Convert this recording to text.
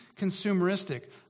consumeristic